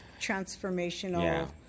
transformational